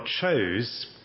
chose